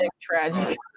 tragic